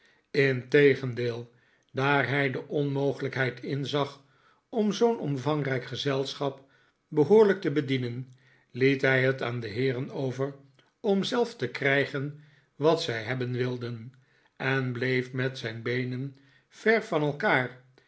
integendeel daar hij de onmogehjkheid inzag om zoo'n omvangrijk gezelschap behoorlijk te bedienen liet hi het aan de heeren over om zelf te krijgen wat zij hebben wilden en bleef met zijn beenen ver van elkaar